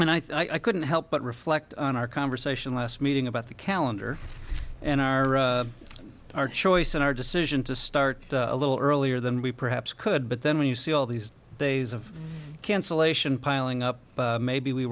when i couldn't help but reflect on our conversation last meeting about the calendar and our our choice in our decision to start a little earlier than we perhaps could but then when you see all these days of cancellation piling up maybe we